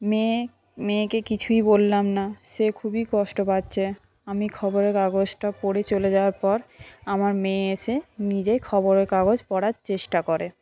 মেয়ে মেয়েকে কিছুই বললাম না সে খুবই কষ্ট পাচ্ছে আমি খবরের কাগজটা পড়ে চলে যাওয়ার পর আমার মেয়ে এসে নিজেই খবরের কাগজ পড়ার চেষ্টা করে